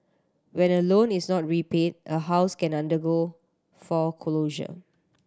when a loan is not repaid a house can undergo foreclosure